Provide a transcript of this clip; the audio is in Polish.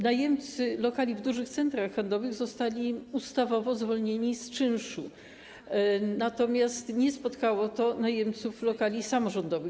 Najemcy lokali w dużych centrach handlowych zostali ustawowo zwolnieni z czynszu, natomiast nie spotkało to najemców lokali samorządowych.